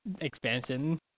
expansion